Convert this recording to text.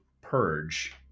purge